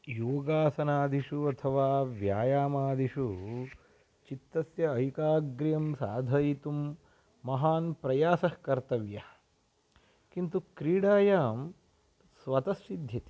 योगासनादिषु अथवा व्यायामादिषु चित्तस्य ऐकाग्र्यं साधयितुं महान् प्रयासः कर्तव्यः किन्तु क्रीडायां स्वतस्सिद्ध्यति